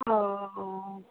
अँ